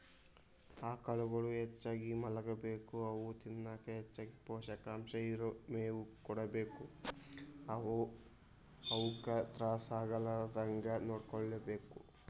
ಆಕಳುಗಳು ಹೆಚ್ಚಾಗಿ ಮಲಗಬೇಕು ಅವು ತಿನ್ನಕ ಹೆಚ್ಚಗಿ ಪೋಷಕಾಂಶ ಇರೋ ಮೇವು ಕೊಡಬೇಕು ಅವುಕ ತ್ರಾಸ ಆಗಲಾರದಂಗ ನೋಡ್ಕೋಬೇಕು